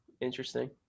Interesting